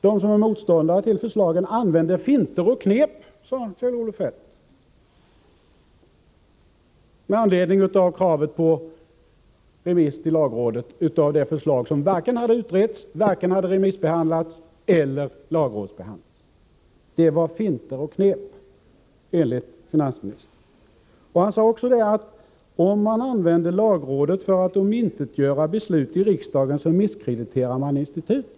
De som var motståndare till förslagen använde finter och knep, sade Kjell-Olof Feldt, med anledning av kraven på remiss till lagrådet av det förslag som varken hade utretts, remissbehandlats eller lagrådsgranskats. Det var alltså finter och knep, enligt finansministern. Han sade också att om man använde lagrådet för att omintetgöra beslut i riksdagen misskrediterade man institutet.